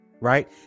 right